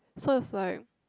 so it's like